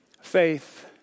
faith